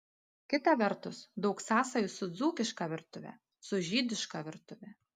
kita vertus daug sąsajų su dzūkiška virtuve su žydiška virtuve